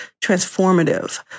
transformative